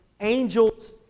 angels